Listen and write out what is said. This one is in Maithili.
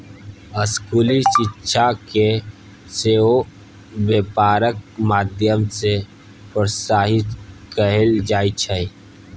स्कूली शिक्षाकेँ सेहो बेपारक माध्यम सँ प्रोत्साहित कएल जाइत छै